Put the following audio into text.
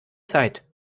zeit